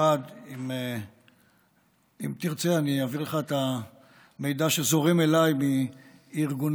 אם תרצה אעביר לך את המידע שזורם אליי מארגוני